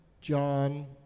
John